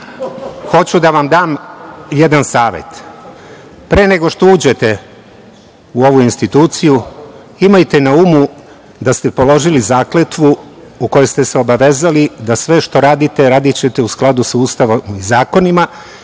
hoću da vam da jedan savet. Pre nego što uđete u ovu instituciju, imajte na umu da ste položili zakletvu u kojoj ste se obavezali da sve što radite, radićete u skladu sa Ustavom i zakonima